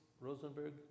Rosenberg